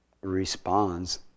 responds